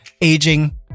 aging